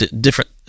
different